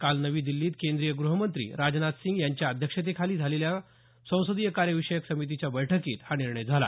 काल नवी दिल्लीत केंद्रीय ग्रहमंत्री राजनाथ सिंग यांच्या अध्यक्षतेखाली झालेल्या संसदीय कार्य विषयक समितीच्या बैठकीत हा निर्णय झाला